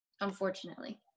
unfortunately